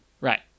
right